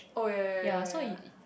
oh ya ya ya ya ya